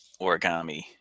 origami